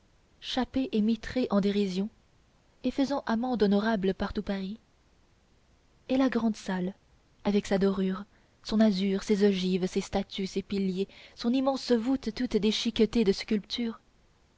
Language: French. chapés et mitrés en dérision et faisant amende honorable par tout paris et la grand salle avec sa dorure son azur ses ogives ses statues ses piliers son immense voûte toute déchiquetée de sculptures